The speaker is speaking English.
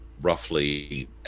roughly